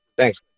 Thanks